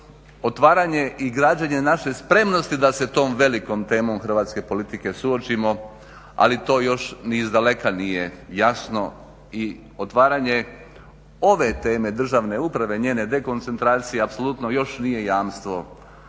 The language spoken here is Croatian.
otvaranje i građenje naše spremnosti da se s tom velikom temom hrvatske politike suočimo, ali to još ni izdaleka nije jasno i otvaranje ove teme, državne uprave i njene dekoncentracije, apsolutno još nije jamstvo